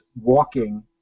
walking